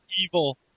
evil